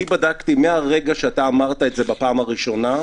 אני בדקתי מהרגע שאתה אמרת, בפעם הראשונה.